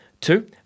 Two